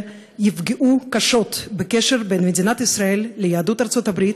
יפגעו קשות בקשר בין מדינת ישראל ליהדות ארצות הברית